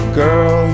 girl